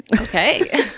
Okay